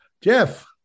Jeff